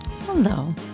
Hello